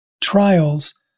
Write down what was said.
trials